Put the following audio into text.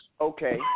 Okay